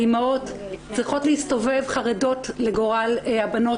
האימהות צריכות להסתובב חרדות לגורל הבנות